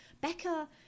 Becca